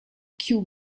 kew